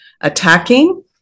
attacking